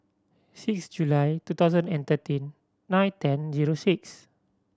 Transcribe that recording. six July two thousand and thirteen nine ten zero six